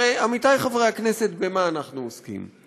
הרי, עמיתי חברי הכנסת, במה אנחנו עוסקים?